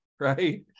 right